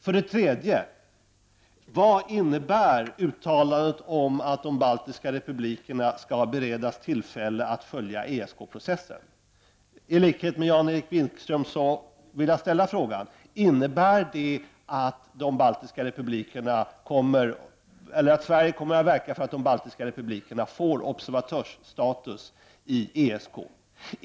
Vad innebär vidare uttalandet om att de baltiska republikerna skall beredas tillfälle att följa ESK processen? I likhet med Jan-Erik Wikström vill jag fråga: Innebär det att Sverige kommer att verka för att de baltiska republikerna får observatörsstatus i ESK?